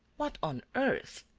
what on earth.